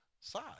side